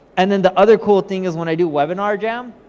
and then the other cool thing is when i do webinar jam,